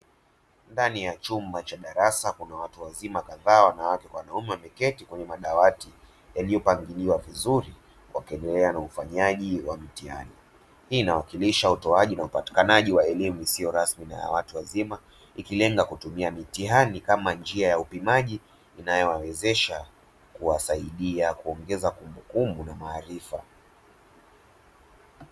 Ndani ya chumba cha darasa, kuna watu wazima kadhaa, wanawake na wanaume wameketi kwenye madawati yaliyopangiliwa vizuri, wakiendelea na ufanyaji wa mitihani; hii inawakilisha utoaji na upatikanaji wa elimu isiyo rasmi na ya watu wazima, ikilenga kutumia mitihani kama njia ya upimaji inayowawezesha kuongeza kumbukumbu na maarifa.